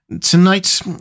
Tonight